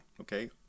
Okay